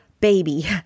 baby